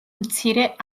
მცირე